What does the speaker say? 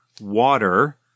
water